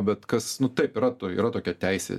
bet kas nu taip yra to yra tokia teisė